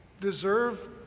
deserve